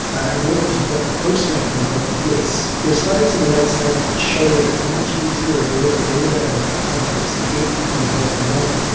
and order to oppose smacking, you vote yes. there are studies in the united states that show that it's much easier in a referendum context to get people to vote no.